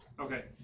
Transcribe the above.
okay